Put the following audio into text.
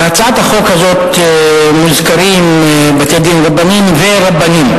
בהצעת החוק הזאת מוזכרים בתי-דין רבניים ורבנים.